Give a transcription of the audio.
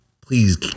please